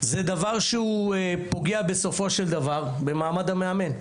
זה דבר שהוא פוגע בסופו של דבר במעמד המאמן.